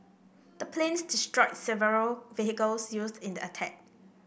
the planes destroyed several vehicles used in the attack